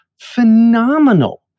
phenomenal